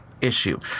issue